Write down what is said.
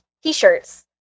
T-shirts